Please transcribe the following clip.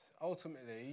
Ultimately